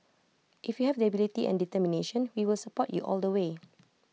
if you have the ability and determination we will support you all the way